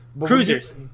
cruisers